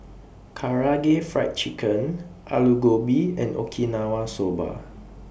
Karaage Fried Chicken Alu Gobi and Okinawa Soba